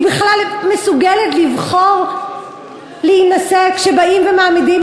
היא בכלל מסוגלת לבחור אם להינשא כשבאים ומעמידים